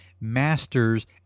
masters